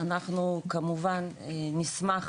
אנחנו כמובן נשמח